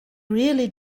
really